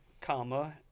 comma